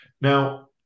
Now